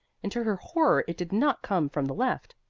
and to her horror it did not come from the left.